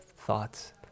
thoughts